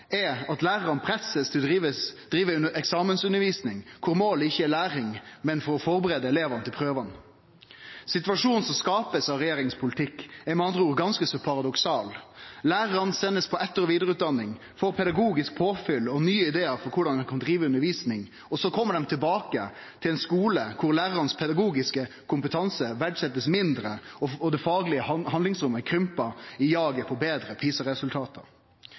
er at lærarane blir pressa til å drive eksamensundervisning, der målet ikkje er læring, men å førebu elevane til prøvane. Situasjonen som blir skapt av politikken til regjeringa, er med andre ord ganske så paradoksal: Lærarane blir sende på etter- og vidareutdaning, får pedagogisk påfyll og nye idear til korleis ein kan drive undervisning, og så kjem dei tilbake til ein skule der den pedagogiske kompetansen til lærarane blir mindre verdsett, og det faglige handlingsrommet krympar i jaget på betre